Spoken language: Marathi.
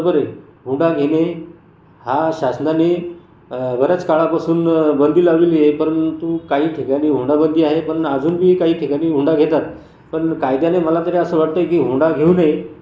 बरोबर हुंडा घेणे हा शासनाने बराच काळापासून बंदी लावलेली आहे परंतु काही ठिकाणी हुंडाबंदी आहे पण अजूनबी काही ठिकाणी हुंडा घेतात पण कायद्याने मला तरी असं वाटतयं की हुंडा घेऊ नये